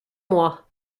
mois